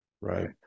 right